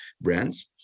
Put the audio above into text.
brands